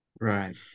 Right